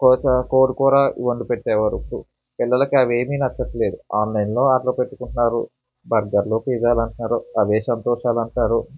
కోస కోడికూర ఇవి వండిపెట్టేవారు పిల్లలకి అవేమీ నచ్చట్లేదు ఆన్లైన్లో ఆర్డర్ పెట్టుకుంటున్నారు బర్గర్లు పీజాలు అంటున్నారు అవే సంతోషాలు అంటారు